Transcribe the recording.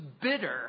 bitter